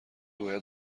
باید